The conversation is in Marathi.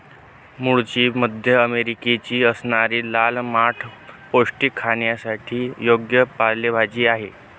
मूळची मध्य अमेरिकेची असणारी लाल माठ पौष्टिक, खाण्यासाठी योग्य पालेभाजी आहे